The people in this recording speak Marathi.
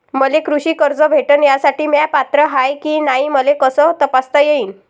मले कृषी कर्ज भेटन यासाठी म्या पात्र हाय की नाय मले कस तपासता येईन?